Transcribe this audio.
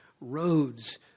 roads